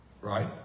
right